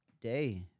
day